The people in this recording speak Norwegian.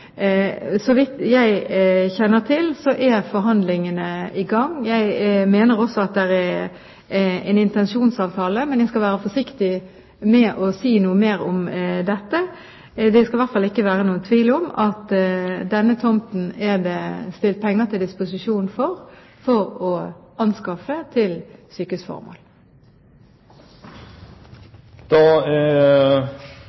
Så vidt jeg kjenner til, er forhandlingene i gang. Jeg mener også at det er en intensjonsavtale. Men jeg skal være forsiktig med å si noe mer om dette. Det skal i hvert fall ikke være noen tvil om at det er stilt penger til disposisjon for denne tomten for anskaffelse til